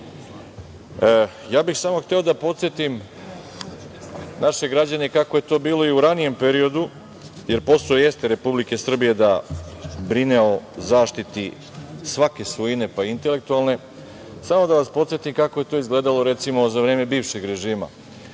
bih samo hteo da podsetim naše građane kako je to bilo i u ranijem periodu, jer posao Republike Srbije jeste da brine o zaštiti svake svojine, pa i intelektualne, samo da vas podsetim kako je to izgledalo, recimo, za vreme bivšeg režima. Oni